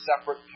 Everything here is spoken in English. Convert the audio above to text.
separate